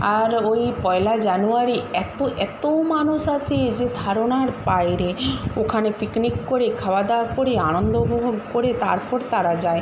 আর ওই পয়লা জানুয়ারি এত্ত এত্ত মানুষ আসে যে ধারণার বাইরে ওখানে পিকনিক করে খাওয়া দাওয়া করে আনন্দ উপভোগ করে তারপর তারা যায়